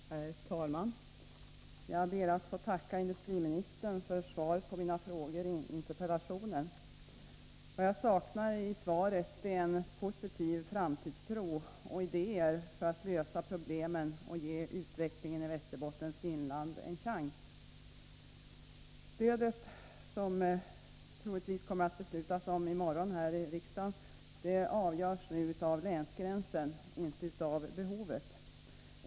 Herr talman! Jag ber att få tacka industriministern för svaret på mina frågor i interpellationen. Vad jag saknar i svaret är en positiv framtidstro och idéer för att lösa problemen och ge utvecklingen i Västerbottens inland en chans. Stödet, som det troligen kommer att fattas beslut om här i riksdagen i morgon, avgörs av länsgränsen och inte av behovet.